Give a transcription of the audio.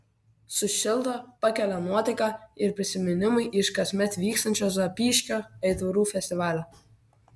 sušildo pakelia nuotaiką ir prisiminimai iš kasmet vykstančio zapyškio aitvarų festivalio